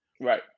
right